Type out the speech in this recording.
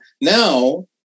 now